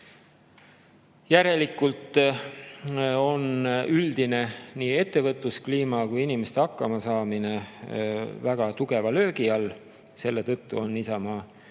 Järelikult on nii üldine ettevõtluskliima kui ka inimeste hakkamasaamine väga tugeva löögi all. Selle tõttu on Isamaa